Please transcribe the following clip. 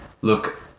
Look